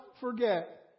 forget